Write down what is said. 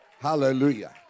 Hallelujah